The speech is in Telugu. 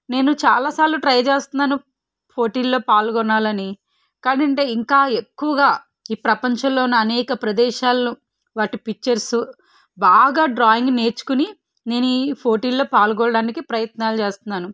నేను చాలా సార్లు ట్రై చేస్తున్నాను పోటీల్లో పాల్గొనాలని కానంటే ఇంకా ఎక్కువగా ఈ ప్రపంచంలో ఉన్న అనేక ప్రదేశాల్లో వాటి పిక్చర్సు బాగా డ్రాయింగ్ నేర్చుకుని నేనీ పోటీల్లో పాల్గొనడానికి ప్రయత్నాలు చేస్తున్నాను